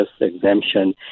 exemption